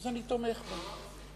אני תומך בה.